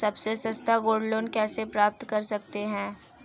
सबसे सस्ता gold loan कैसे प्राप्त कर सकते हैं?